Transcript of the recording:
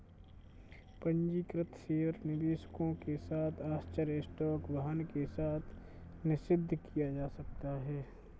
पंजीकृत शेयर निवेशकों के साथ आश्चर्य स्टॉक वाहन के साथ निषिद्ध किया जा सकता है